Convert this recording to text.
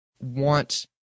want